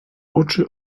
oczy